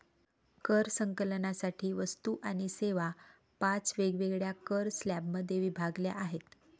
कर संकलनासाठी वस्तू आणि सेवा पाच वेगवेगळ्या कर स्लॅबमध्ये विभागल्या आहेत